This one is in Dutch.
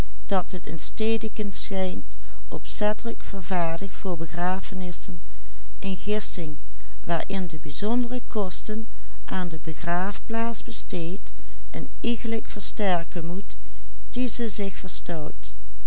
de bijzondere kosten aan de begraafplaats besteed een iegelijk versterken moet die ze zich verstout